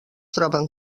troben